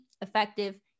effective